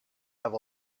have